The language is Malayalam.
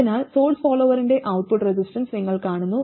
അതിനാൽ സോഴ്സ് ഫോളോവറിന്റെ ഔട്ട്പുട്ട് റെസിസ്റ്റൻസ് നിങ്ങൾ കാണുന്നു